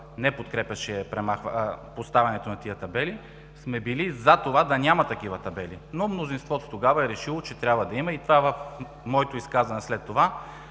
не подкрепяше поставянето на тези табели, сме били за това да няма такива табели, но мнозинството тогава е решило, че трябва да има и това в моето изказване след това